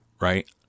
Right